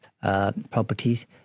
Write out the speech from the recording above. Properties